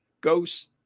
ghosts